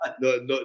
no